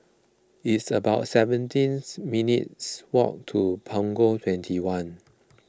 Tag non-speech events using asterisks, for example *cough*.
it's about seventeen *noise* minutes' walk to Punggol twenty one